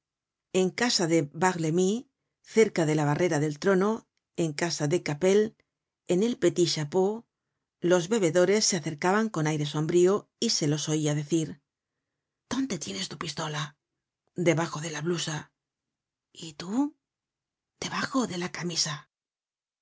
en casa de barthelemy cerca de la barrera del trono en casa de capel en el petit chapeau los bebedores se acercaban con aire sombrío y se los oia decir dónde tienes tu pistola debajo de la blusa y tú debajo de la camisa